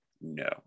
No